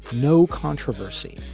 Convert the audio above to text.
no controversy,